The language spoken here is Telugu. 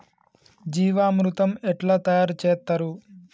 జీవామృతం ఎట్లా తయారు చేత్తరు?